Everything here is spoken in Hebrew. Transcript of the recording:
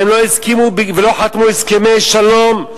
לא חתמו הסכמי שלום,